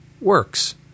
works